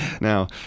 Now